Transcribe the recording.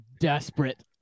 desperate